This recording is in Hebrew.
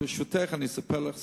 ברשותך, אני אספר לך סיפור.